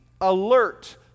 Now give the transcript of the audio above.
alert